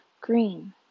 Green